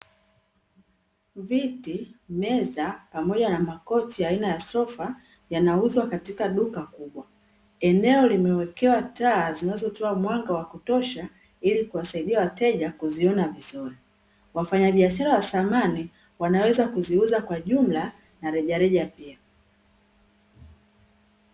Viti meza pamoja na makochi aina ya sofa, yanauzwa katika duka kubwa. Eneo limewekewa taa zinazotoa mwanga wa kutosha, ili kuwasaidia wateja kuziona vizuri. Wafanyabiashara wa samani, wanaweza kuziuza kwa jumla na rejareja pia.